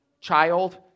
child